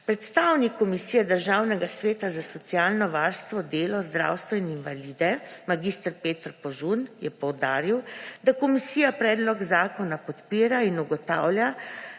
Predstavnik Komisije Državnega sveta za socialno varstvo, delo, zdravstvo in invalide mag. Peter Požun je poudarila, da komisija predlog zakona podpira in ugotavlja,